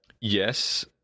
Yes